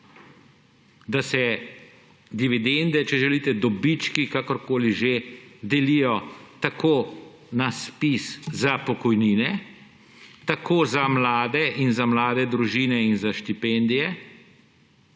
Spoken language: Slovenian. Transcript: da se dividende, dobički, kakorkoli že, delijo tako na ZPIZ za pokojnine, tako za mlade in za mlade družine in za štipendije,